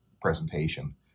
presentation